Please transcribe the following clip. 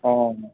অঁ